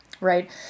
right